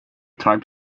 type